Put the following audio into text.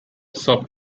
sub